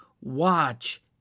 watch